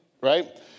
right